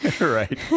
Right